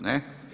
Ne.